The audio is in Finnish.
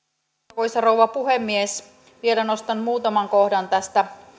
arvoisa rouva puhemies vielä nostan muutaman kohdan tästä